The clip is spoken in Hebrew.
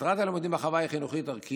מטרת הלימודים בחווה היא חינוכית-ערכית: